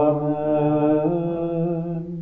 Amen